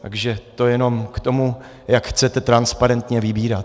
Takže to jenom k tomu, jak chcete transparentně vybírat.